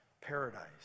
paradise